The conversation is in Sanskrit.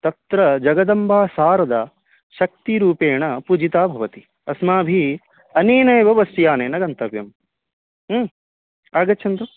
तत्र जगदम्बा शारदा शक्तिरूपेण पूजिता भवति अस्माभिः अनेनेव बस्यानेन गन्तव्यम् आगच्छन्तु